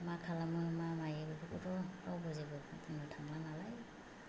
मा खालामो मा मायो बेफोरखौथ' रावबो जेबो मिथिंआव थांला नालाय